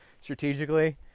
strategically